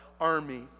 army